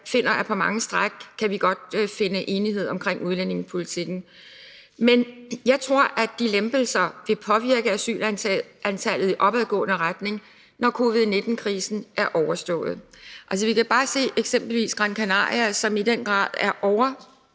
finder, at vi på mange stræk godt kan finde en enighed om udlændingepolitikken. Men jeg tror, at de lempelser vil påvirke asylantallet i opadgående retning, når covid-19-krisen er overstået. Vi kan eksempelvis bare se på Gran Canaria, som i den grad er